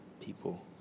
people